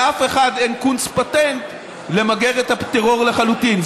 לאף אחד אין קונץ פטנט למגר את הטרור לחלוטין.